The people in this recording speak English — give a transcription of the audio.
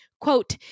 Quote